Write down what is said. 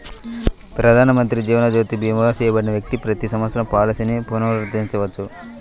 ప్రధానమంత్రి జీవన్ జ్యోతి భీమా చేయబడిన వ్యక్తి ప్రతి సంవత్సరం పాలసీని పునరుద్ధరించవచ్చు